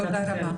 תודה.